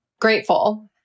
grateful